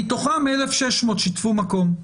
מתוכם 1,600 שיתפו מקום,